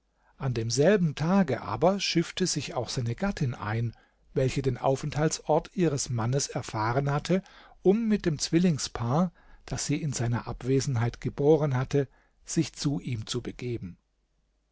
an demselben tage aber schiffte sich auch seine gattin ein welche den aufenthaltsort ihres mannes erfahren hatte um mit dem zwillingspaar das sie in seiner abwesenheit geboren hatte sich zu ihm zu begeben